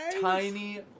Tiny